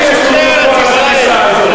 לא אמרתי שיש לנו מונופול על התפיסה הזאת.